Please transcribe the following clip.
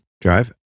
drive